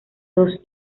dos